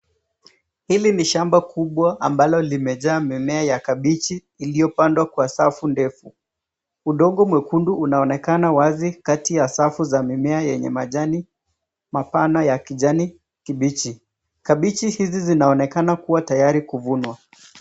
Hili ni shamba kubwa ambalo limejaa mimea ya kabichi iliyopandwa kwa safu ndefu. Udongo mwekundu unaonekana wazi kati ya safu za mimea yenye majani mapana ya kijani kibichi. Kabichi hizi zinaonekana kuwa tayari kuvunwa.